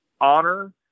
honor